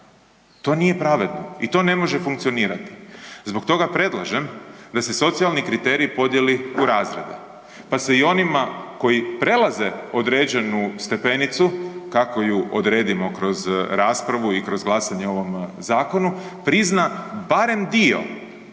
To nije pravedno i to ne može funkcionirati. Zbog toga predlažem da se socijalni kriteriji podijeli u razrede pa se i onima koji prelaze određenu stepenicu, kako ju odredimo kroz raspravu i kroz glasanje o ovom zakonu, prizna barem dio,